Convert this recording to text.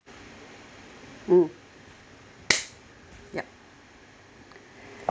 mm yup